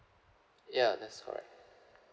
ya that's correct